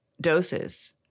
doses